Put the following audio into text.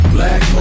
Black